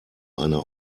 einer